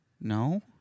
No